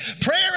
Prayer